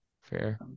Fair